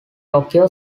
tokyo